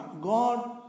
God